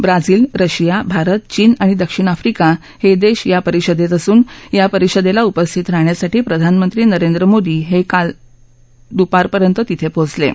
Brazil Russia Bharat चीन आणि दक्षिण अफ्रिका हे देश या परिषदेत असून या परिषदेला उपस्थित राहण्यासाठी प्रधानमक्ती नरेंद्र मोदी हे आज दुपारपर्यंत तिथविहोचणार आहेत